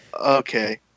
Okay